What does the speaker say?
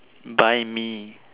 by me